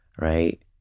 right